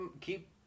keep